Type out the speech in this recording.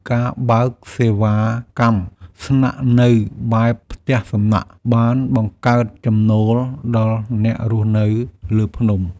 ការបើកសេវាកម្មស្នាក់នៅបែប ផ្ទះសំណាក់ បានបង្កើតចំណូលដល់អ្នករស់នៅលើភ្នំ។